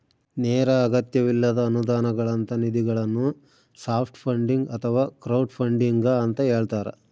ನೇರ ಅಗತ್ಯವಿಲ್ಲದ ಅನುದಾನಗಳಂತ ನಿಧಿಗಳನ್ನು ಸಾಫ್ಟ್ ಫಂಡಿಂಗ್ ಅಥವಾ ಕ್ರೌಡ್ಫಂಡಿಂಗ ಅಂತ ಹೇಳ್ತಾರ